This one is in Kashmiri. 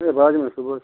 ہَے بہٕ حظ یِمہٕ صُبحس